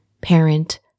parent